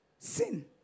Sin